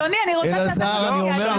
אדוני, אני רוצה שאתה --- שרון,